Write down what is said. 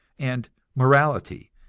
and morality,